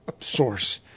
source